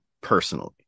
personally